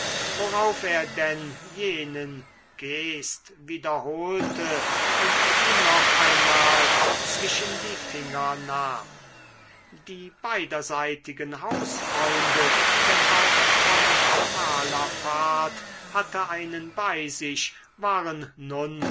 worauf er denn jenen gest wiederholte und sie noch einmal zwischen die finger nahm die beiderseitigen hausfreunde denn auch von malapart hatte einen bei sich waren nun